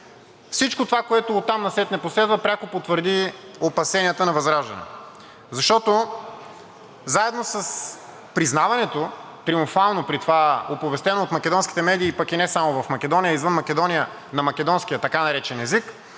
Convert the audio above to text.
Всичко това, което оттам насетне последва, пряко потвърди опасенията на ВЪЗРАЖДАНЕ, защото заедно с признаването – триумфално при това, оповестено от македонските медии, пък и не само, в Македония, а и извън Македония на македонския така наречен език